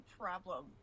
problem